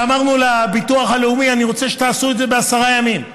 אמרנו לביטוח לאומי: אני רוצה שתעשו את זה בעשרה ימים,